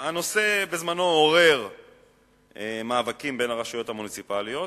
הנושא בזמנו עורר מאבקים בין הרשויות המוניציפליות,